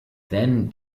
then